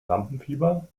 lampenfieber